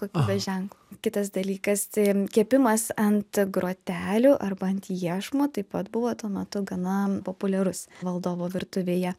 kokybės ženklu kitas dalykas tai kepimas ant grotelių arba ant iešmo taip pat buvo tuo metu gana populiarus valdovo virtuvėje